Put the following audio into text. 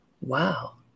wow